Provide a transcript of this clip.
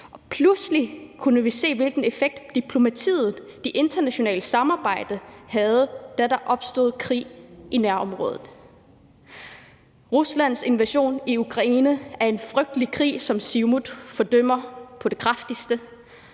Pludselig kunne vi se, hvilken effekt diplomatiet og det internationale samarbejde har, da der opstod krig i nærområdet. Ruslands invasion i Ukraine er en frygtelig krig, som Siumut fordømmer på det kraftigste.